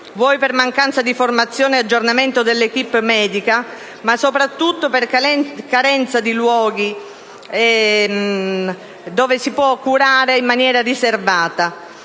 vuoi per mancanza di formazione e aggiornamento *dell'équipe* medica, ma soprattutto per carenza di luoghi dove sia possibile curare in maniera riservata.